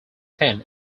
ten